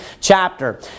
chapter